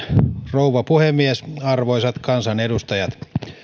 rouva puhemies arvoisat kansanedustajat